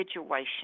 situation